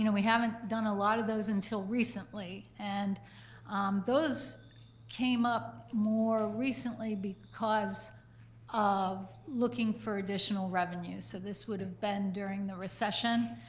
you know we haven't done a lot of those until recently. and those came up more recently because of looking for additional revenue. so this would have been during the recession,